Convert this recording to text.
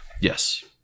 Yes